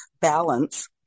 balance